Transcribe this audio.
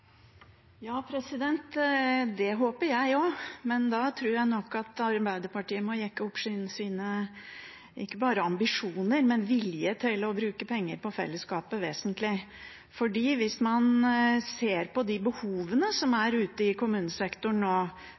Det håper jeg også, men da tror jeg nok Arbeiderpartiet må jekke opp ikke bare sine ambisjoner, men også sin vilje til å bruke penger på fellesskapet vesentlig, for hvis man ser på de behovene som er ute i kommunesektoren nå,